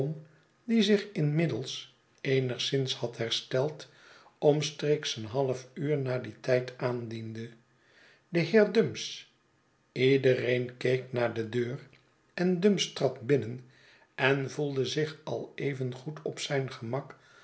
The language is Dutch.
die zich inmiddels eenigszins had hersteld omstreeks een halfuur na dien tijd aandiende de heer dumps ledereen keek naar de deur en dumps trad binnen en voelde zich al evengoed op zijn gemak